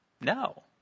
No